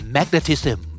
Magnetism